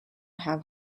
have